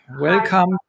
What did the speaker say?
welcome